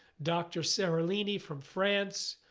dr. seralini from france,